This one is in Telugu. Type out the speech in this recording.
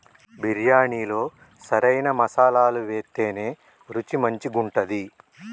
బిర్యాణిలో సరైన మసాలాలు వేత్తేనే రుచి మంచిగుంటది